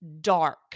dark